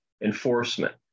enforcement